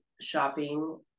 shopping